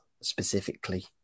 specifically